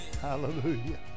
Hallelujah